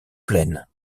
plaine